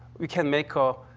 we can make a